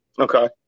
Okay